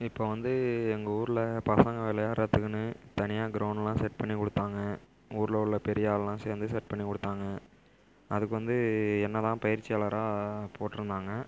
இப்போ வந்து எங்கள் ஊரில் பசங்க விளையாடுறதுக்குனு தனியாக கிரவுண்டெல்லாம் செட் பண்ணி கொடுத்தாங்க ஊரில் உள்ள பெரிய ஆள்லாம் சேர்ந்து செட் பண்ணி கொடுத்தாங்க அதுக்குவந்து என்னை தான் பயிற்சியாளராக போட்டுருந்தாங்க